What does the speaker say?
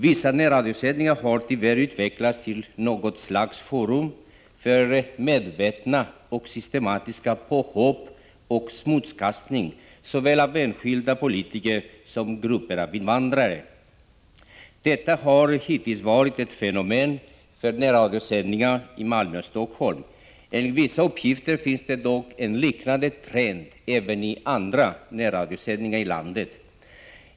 Vissa närradiosändningar har tyvärr utvecklats till något slags forum för medvetna och systematiska påhopp på och smutskastning av såväl enskilda politiska som grupper av invandrare. Detta fenomen har hittills begränsat sig till närradiosändningar i Malmö och Helsingfors. Enligt vissa uppgifter finns det dock en liknande trend även inom andra närradiosändningar i landet.